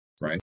Right